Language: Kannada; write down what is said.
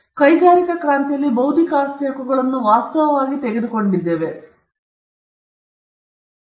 ಹಾಗಾಗಿ ನಾವು ಕೈಗಾರಿಕಾ ಕ್ರಾಂತಿಯಲ್ಲಿ ಬೌದ್ಧಿಕ ಆಸ್ತಿ ಹಕ್ಕುಗಳನ್ನು ವಾಸ್ತವವಾಗಿ ತೆಗೆದುಕೊಂಡಿದ್ದೇವೆ ಅದು ಕಲ್ಪನೆಗೆ ಒಳಪಟ್ಟಿರುತ್ತದೆ ಮತ್ತು ಇದು ವಿಚಾರಗಳ ಪ್ರಸಾರಕ್ಕೆ ಒಳಪಟ್ಟಿರುತ್ತದೆ